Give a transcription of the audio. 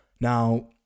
Now